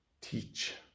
teach